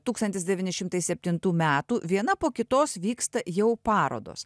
tūkstantis devyni šimtai septintų metų viena po kitos vyksta jau parodos